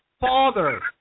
father